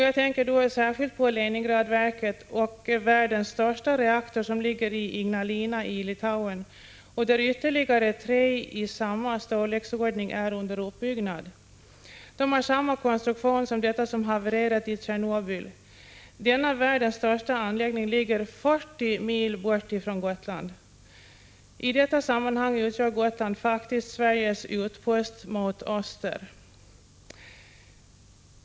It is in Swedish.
Jag tänker då särskilt på Leningradverket och världens största reaktor som ligger i Ignalina i Litauen, där ytterligare tre reaktorer i samma storleksordning är under uppbyggnad. De har samma konstruktion som den reaktor som havererat i Tjernobyl. Denna världens största anläggning ligger 40 mil från Gotland. I detta sammanhang utgör Gotland faktiskt Sveriges utpost mot öster.